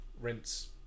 rinse